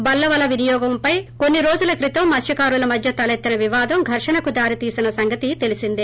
బల్ల వల వినియోగంపై కోన్సిరోజుల క్రితం మత్స్కారుల మధ్స తలెత్తిన వివాదం ఘర్షణకు దారితీసిన సంగతి తెలిసిందే